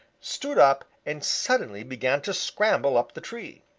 stood up and suddenly began to scramble up the tree.